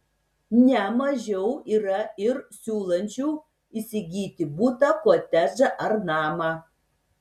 ne mažiau yra ir siūlančių įsigyti butą kotedžą ar namą